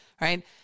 right